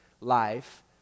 life